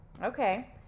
Okay